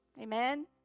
Amen